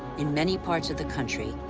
in many parts of the country,